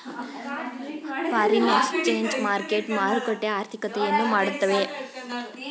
foreign exchange market ಮಾರುಕಟ್ಟೆ ಆರ್ಥಿಕತೆಯನ್ನು ಮಾಡುತ್ತವೆ